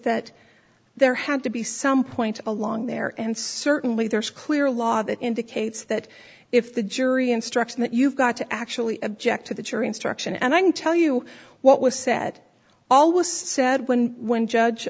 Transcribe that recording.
that there had to be some point along there and certainly there's clear law that indicates that if the jury instruction that you've got to actually object to the jury instruction and i can tell you what was said all was said when when judge